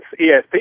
ESP